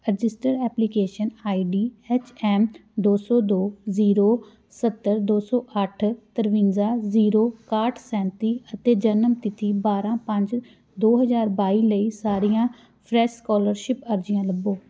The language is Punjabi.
registered application I D H M ਦੋ ਸੌ ਦੋ ਜ਼ੀਰੋ ਸੱਤਰ ਦੋ ਸੌ ਅੱਠ ਤਰਵੰਜਾ ਜ਼ੀਰੋ ਇਕਾਹਠ ਸੈਂਤੀ ਅਤੇ ਜਨਮ ਤਿਥੀ ਬਾਰਾਂ ਪੰਜ ਦੋ ਹਜ਼ਾਰ ਬਾਈ ਲਈ ਸਾਰੀਆਂ ਫਰੈਸ਼ ਸਕਾਲਰਸ਼ਿਪ ਅਰਜ਼ੀਆਂ ਲੱਭੋ